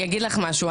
אני אגיד לך משהו,